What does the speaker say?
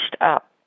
up